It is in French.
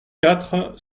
quatre